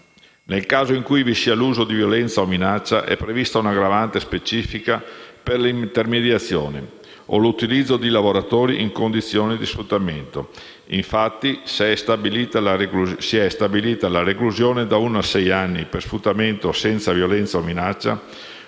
Nel caso in cui vi sia uso di violenza o minaccia, è prevista un'aggravante specifica per l'intermediazione o l'utilizzo di lavoratori in condizioni di sfruttamento: infatti, se è stabilita la reclusione da uno a sei anni per sfruttamento senza violenza o minaccia,